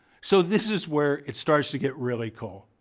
so, this is where it starts to get really cool.